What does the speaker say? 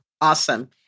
Awesome